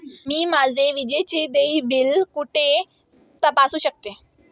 मी माझे विजेचे देय बिल कुठे तपासू शकते?